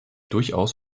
durchaus